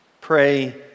Pray